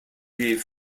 gave